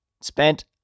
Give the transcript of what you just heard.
spent